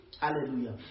Hallelujah